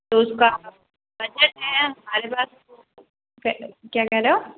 तो उस का बजट है हमारे पास क्या कह रहे हो